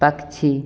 पक्षी